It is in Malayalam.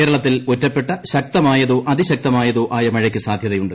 കേരളത്തിൽ ഒറ്റപ്പെട്ട ശക്തമായതോ അതിശക്തമായതോ ആയ മഴക്ക് സൌധ്യ്തയുണ്ട്